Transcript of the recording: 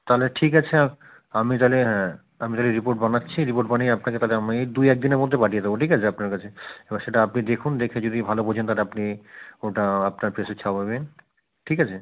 তাহলে ঠিক আছে আমি তাহলে হ্যাঁ আমি তাহলে রিপোর্ট বানাচ্ছি রিপোর্ট বানিয়ে আপনাকে তাহলে আমি দু এক দিনের মধ্যে পাঠিয়ে দেবো ঠিক আছে আপনার কাছে এবার সেটা আপনি দেখুন দেখে যদি ভালো বোঝেন তাহলে আপনি ওটা আপনার প্রেসে ছাপাবেন ঠিক আছে